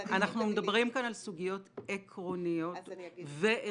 אנחנו מדברים כאן על סוגיות עקרוניות וערכיות.